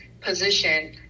position